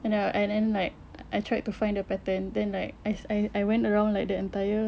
and err and then like uh I tried to find the pattern then like I I I went around like the entire